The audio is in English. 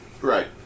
Right